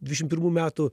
dvidešim pirmų metų